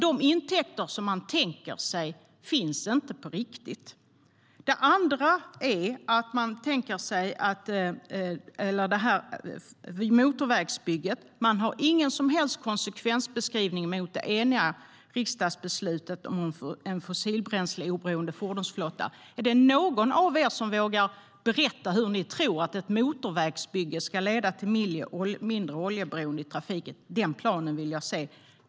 De intäkter som man tänker sig finns inte på riktigt. Det andra är att man inte har någon som helst konsekvensbeskrivning av det här motorvägsbygget, trots det eniga riksdagsbeslutet om en fossiloberoende fordonsflotta. Är det någon av er som vågar berätta hur ni tror att ett motorvägsbygge ska leda till mindre oljeberoende i trafiken? Den planen vill jag se.